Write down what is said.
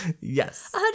Yes